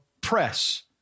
press